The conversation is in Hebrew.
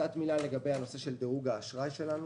לגבי דירוג האשראי שלנו